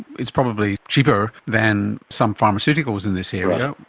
it's probably cheaper than some pharmaceuticals in this area.